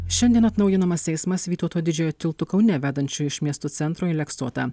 šiandien atnaujinamas eismas vytauto didžiojo tiltu kaune vedančiu iš miesto centro į aleksotą